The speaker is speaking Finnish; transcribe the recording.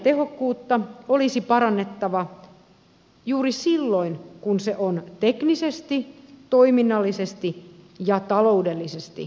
energiatehokkuutta olisi parannettava juuri silloin kun se on teknisesti toiminnallisesti ja taloudellisesti toteutettavissa